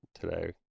today